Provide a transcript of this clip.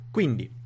Quindi